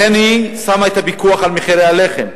לכן היא שמה את הפיקוח על מחירי הלחם.